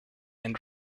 and